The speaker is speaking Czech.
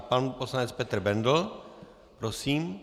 Pan poslanec Petr Bendl, prosím.